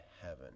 heaven